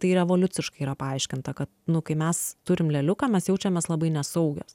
tai yra evoliuciškai yra paaiškinta kad nu kai mes turim lėliuką mes jaučiamės labai nesaugios